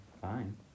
fine